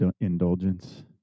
indulgence